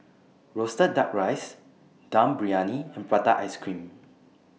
Roasted Duck Rice Dum Briyani and Prata Ice Cream